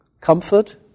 comfort